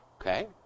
Okay